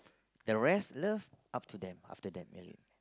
the rest love up to them after that married